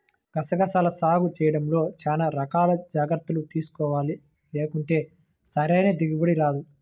గసగసాల సాగు చేయడంలో చానా రకాల జాగర్తలు తీసుకోవాలి, లేకుంటే సరైన దిగుబడి రాదు